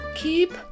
keep